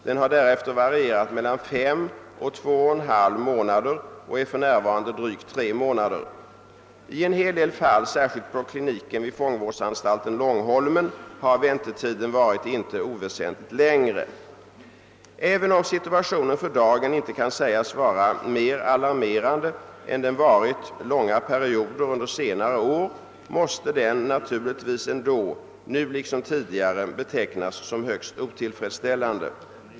Den har därefter varierat mellan fem och två och en halv månader och är för närvarande drygt tre månader. I en hel del fall, särskilt på kliniken vid fångvårdsanstalten Långholmen, har väntetiden varit inte oväsentligt längre. Även om situationen för dagen inte kan sägas vara mer alarmerande än den varit långa perioder under senare år, måste den naturligtvis ändå — nu liksom tidigare — betecknas som högst otillfredsställande.